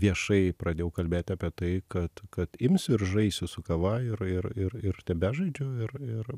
viešai pradėjau kalbėti apie tai kad kad imsiu ir žaisiu su kava ir ir ir ir tebežaidžiu ir ir